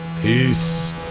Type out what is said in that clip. Peace